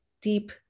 deep